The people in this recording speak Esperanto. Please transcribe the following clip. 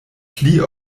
pli